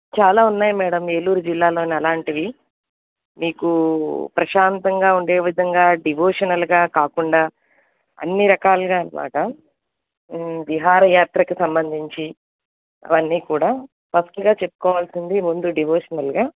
చాలా ఉన్నాయి మేడం ఏలూరు జిల్లాలోని అలాంటివి మీకు ప్రశాంతంగా ఉండే విధంగా డివోషనల్గా కాకుండా అన్నీ రకాలుగా అన్నమాట విహారయాత్రకి సంబంధించి అవన్నీ కూడా ఫస్ట్గా చెప్పుకోవాల్సింది ముందు డివోషనల్గా